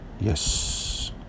yes